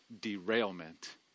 derailment